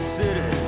city